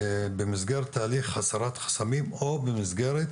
במסגרת תהליך הסרת חסמים או במסגרת,